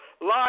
live